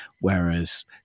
Whereas